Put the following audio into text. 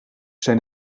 zijn